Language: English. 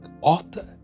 author